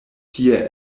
tie